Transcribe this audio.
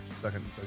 second